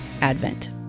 Advent